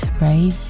Right